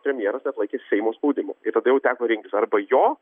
premjeras neatlaikė seimo spaudimo ir tada jau teko rinktis arba jo